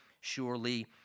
surely